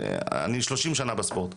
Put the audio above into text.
אני כבר שלושים שנים עוסק בתחום הספורט.